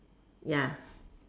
ya